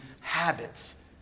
habits